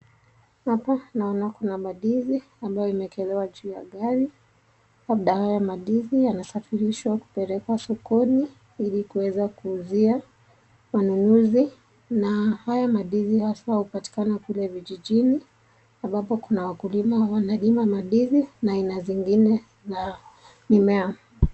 Huku naona kuna mandizi ambayo imewekelewa juu ya gari. Labda haya mandizi yanasafirishwa kupelekwa sokoni ili kuweza kuuzia wanunuzi na haya mandizi haswa hupatikana kule vijijini ambapo kuna wakulima wanalima mandizi na aina zingine ya mimea.